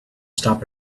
stopped